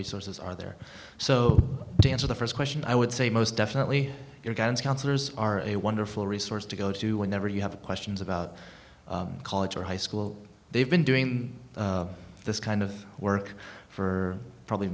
resources are there so to answer the first question i would say most definitely your guidance counselors are a wonderful resource to go to whenever you have questions about college or high school they've been doing this kind of work for probably